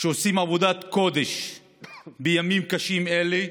שעושים עבודת קודש בימים קשים אלה,